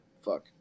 Fuck